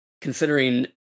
considering